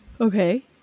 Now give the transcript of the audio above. Okay